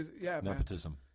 Nepotism